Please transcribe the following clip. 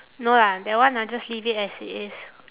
no lah that one I just leave it as it is